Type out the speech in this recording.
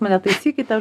mane taisykite